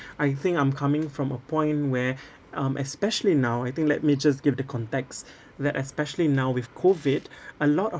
I think I'm coming from a point where um especially now I think let me just give the context that especially now with COVID a lot of